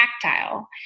tactile